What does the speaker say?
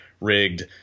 rigged